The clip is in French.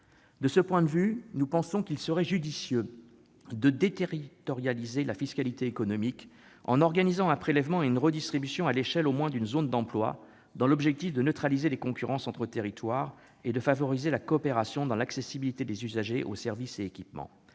De ce point de vue, nous pensons qu'il serait judicieux de déterritorialiser la fiscalité économique en organisant un prélèvement et une redistribution à l'échelon d'au moins une zone d'emploi dans le but de neutraliser les concurrences entre territoires et de favoriser la coopération en ce qui concerne l'accessibilité des usagers aux services et aux équipements.